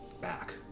back